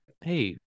hey